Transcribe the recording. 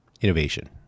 innovation